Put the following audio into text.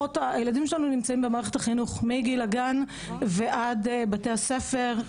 הילדים שלנו נמצאים במערכת החינוך מגיל הגן ועד בתי הספר,